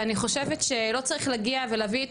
ואני חושבת שלא צריך להגיע ולהביא את